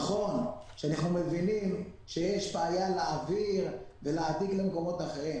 נכון שאנחנו מבינים שיש בעיה להעביר ולהעתיק למקומות אחרים.